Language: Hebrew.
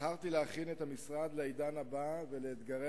בחרתי להכין את המשרד לעידן הבא ולאתגרי